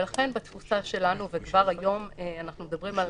ולכן בתפיסה שלנו, כבר היום אנחנו מדברים על